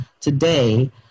today